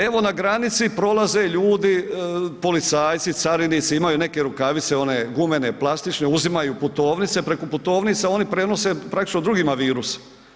Evo, na granici prolaze ljudi, policajci, carinici, imaju neke rukavice, one gumene, plastične, uzimaju putovnice, preko putovnica oni prenose praktično drugima virus.